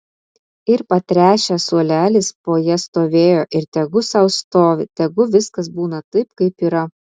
ir patręšęs suolelis po ja stovėjo ir tegu sau stovi tegu viskas būna taip kaip yra